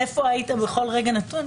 איפה היית בכל רגע נתון,